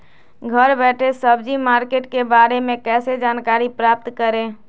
घर बैठे सब्जी मार्केट के बारे में कैसे जानकारी प्राप्त करें?